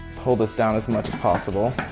pull this down as much as possible.